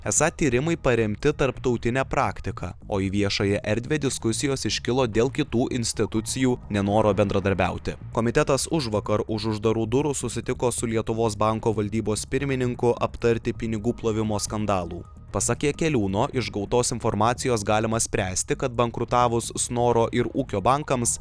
esą tyrimai paremti tarptautine praktika o į viešąją erdvę diskusijos iškilo dėl kitų institucijų nenoro bendradarbiauti komitetas užvakar už uždarų durų susitiko su lietuvos banko valdybos pirmininku aptarti pinigų plovimo skandalų pasak jakeliūno iš gautos informacijos galima spręsti kad bankrutavus snoro ir ūkio bankams